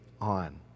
on